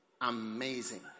Amazing